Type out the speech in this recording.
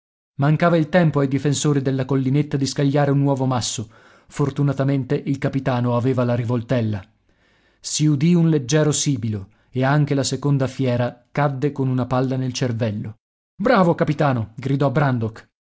mancava il tempo ai difensori della collinetta di scagliare un nuovo masso fortunatamente il capitano aveva la rivoltella si udì un leggero sibilo e anche la seconda fiera cadde con una palla nel cervello bravo capitano gridò brandok